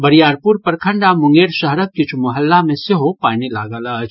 बरियारपुर प्रखंड आ मुंगेर शहरक किछु मोहल्ला मे सेहो पानि लागल अछि